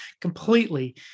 completely